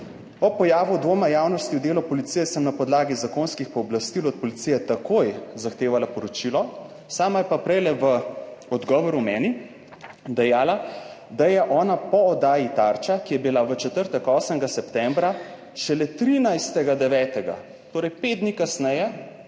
»Ob pojavu dvoma javnosti v delo policije sem na podlagi zakonskih pooblastil od policije takoj zahtevala poročilo.« Sama je pa prej v odgovoru meni dejala, da je ona po oddaji Tarča, ki je bila v četrtek, 8. septembra, šele 13.9, torej 5 dni kasneje,